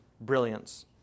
brilliance